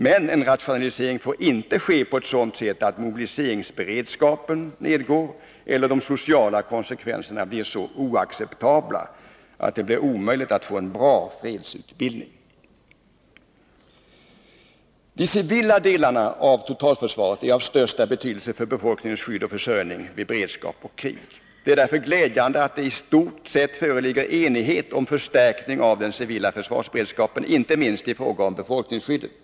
Men en rationalisering får inte ske på ett sådant sätt att mobiliseringsberedskapen minskar eller att de sociala konsekvenserna blir så oacceptabla att det blir omöjligt att få en bra fredsutbildning. De civila delarna av totalförsvaret är av största betydelse för befolkningens skydd och försörjning vid beredskap och krig. Det är därför glädjande att det istort sett föreligger enighet om förstärkningen av den civila försvarsberedskapen, inte minst i fråga om befolkningsskyddet.